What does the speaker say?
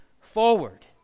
forward